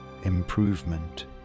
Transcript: improvement